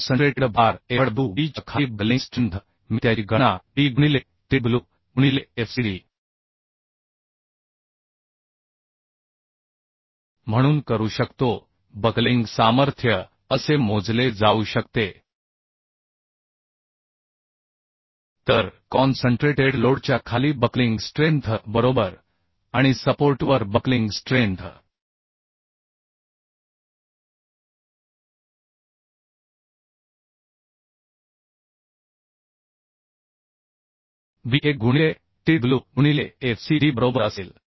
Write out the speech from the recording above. तर कॉन्सन्ट्रेटेड भार Fw b च्या खाली बकलिंग स्ट्रेंथ मी त्याची गणना B गुणिले tw गुणिले Fcd म्हणून करू शकतो बकलिंग सामर्थ्य असे मोजले जाऊ शकते तर कॉन्सन्ट्रेटेड लोडच्या खाली बक्लिंग स्ट्रेंथ बरोबर आणि सपोर्टवर बक्लिंग स्ट्रेंथ b1 गुणिले tw गुणिले F c d बरोबर असेल